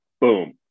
boom